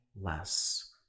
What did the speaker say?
less